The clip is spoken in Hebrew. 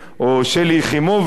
או שלי יחימוביץ,